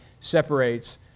separates